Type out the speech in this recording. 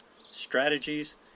strategies